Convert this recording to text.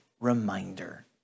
reminder